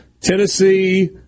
Tennessee